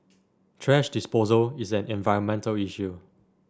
thrash disposal is an environmental issue